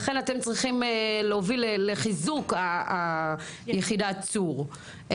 לכן אתם צריכים להוביל לחיזוק יחידת צור.